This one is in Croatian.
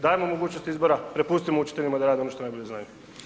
Dajemo mogućnost izbora, prepustimo učiteljima da rade ono što najbolje znaju.